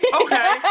Okay